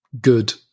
good